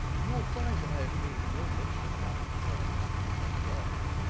you will find that i have made no mention of locke crying out because of the gong.